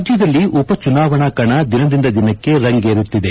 ರಾಜ್ದದಲ್ಲಿ ಉಪ ಚುನಾವಣಾ ಕಣ ದಿನದಿಂದ ದಿನಕ್ಕೆ ರಂಗೇರುತ್ತಿದೆ